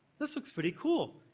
this looks pretty cool,